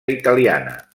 italiana